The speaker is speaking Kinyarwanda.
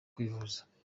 kwivuza